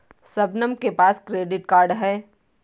शबनम के पास credit card है